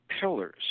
pillars